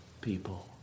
people